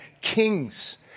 kings